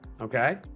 okay